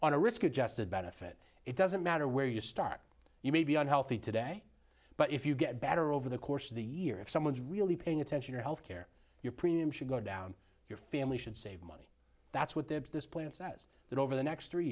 on a risk adjusted benefit it doesn't matter where you start you may be unhealthy today but if you get better over the course of the year if someone's really paying attention your health care your premiums should go down your family should save money that's what their business plan says that over the next three